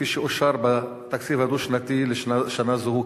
כפי שאושר בתקציב הדו-שנתי לשנה זו,